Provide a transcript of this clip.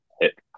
hit